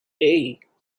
hey